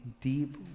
deep